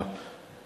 מה,